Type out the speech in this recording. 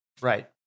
Right